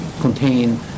contain